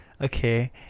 Okay